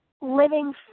living